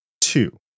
two